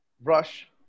brush